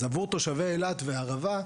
עבור תושבי אילת והערבה,